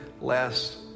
last